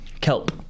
Kelp